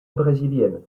brésilienne